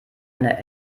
eine